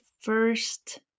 first